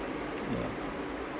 yeah